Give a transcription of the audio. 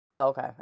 Okay